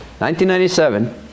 1997